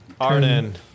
Arden